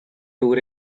tour